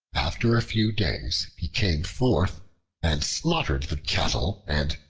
after a few days he came forth and slaughtered the cattle, and,